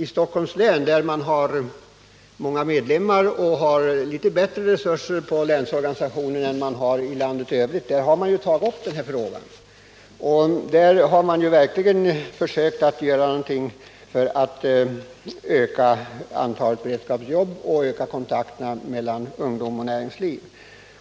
I Stockholms län, där SHIO har många medlemmar och förfogar över litet bättre resurser inom länsorganisationen än vad de har på motsvarande nivå i landet i övrigt, har man tagit upp denna fråga och tillsammans med landstinget och länsarbetsnämnderna gjort en hel del för att försöka höja antalet beredskapsjobb och öka kontakterna mellan ungdom och näringsliv.